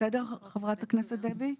סדר, דבי,